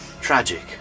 tragic